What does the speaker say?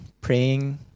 praying